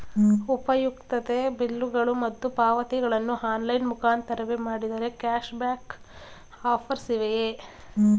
ಉಪಯುಕ್ತತೆ ಬಿಲ್ಲುಗಳು ಮತ್ತು ಪಾವತಿಗಳನ್ನು ಆನ್ಲೈನ್ ಮುಖಾಂತರವೇ ಮಾಡಿದರೆ ಕ್ಯಾಶ್ ಬ್ಯಾಕ್ ಆಫರ್ಸ್ ಇವೆಯೇ?